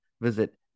Visit